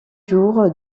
jour